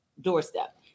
doorstep